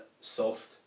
soft